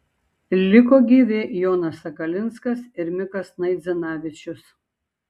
liko gyvi jonas sakalinskas ir mikas naidzinavičius